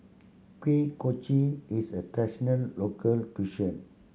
Kuih Kochi is a traditional local cuisine